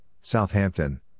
Southampton